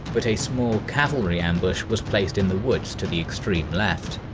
but a small cavalry ambush was placed in the woods to the extreme left.